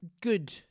good